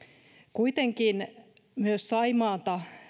kuitenkin myös saimaata